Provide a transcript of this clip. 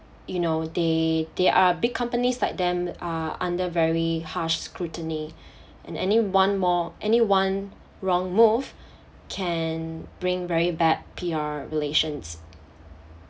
you know there there are big companies like them are under very harsh scrutiny and any one more any one wrong move can bring very bad P_R relations